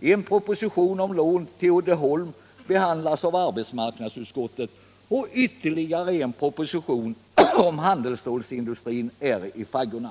en proposition om lån till Uddeholm behandlas i arbetsmarknadsutskottet och ytterligare en proposition om handelsstålsindustrin är i faggorna.